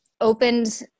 opened